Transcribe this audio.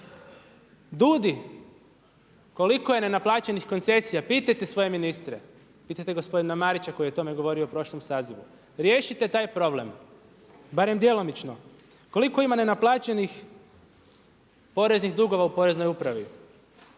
DUUDI koliko je nenaplaćenih koncesija, pitajte svoje ministre. Pitajte gospodina Marića koji je o tome govorio u prošlom sazivu. Riješite taj problem, barem djelomično. Koliko ima nenaplaćenih poreznih dugova u Poreznoj upravi?